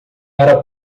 era